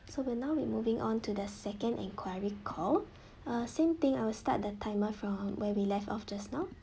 so we're now we moving on to the second inquiry call uh same thing I'll start the timer from where we left off just now